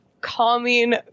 calming